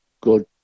good